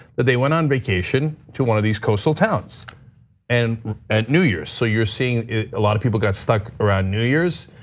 that they went on vacation to one of these coastal towns and at new year's. so you're seeing a lot of people got stuck around new year's.